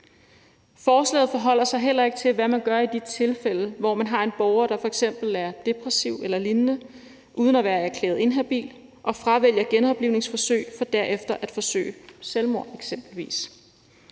Forslaget forholder sig heller ikke til, hvad man gør i de tilfælde, hvor man har en borger, der f.eks. er depressiv eller lignende uden at være erklæret inhabil, og som fravælger genoplivningsforsøg for derefter eksempelvis